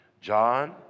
John